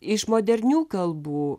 iš modernių kalbų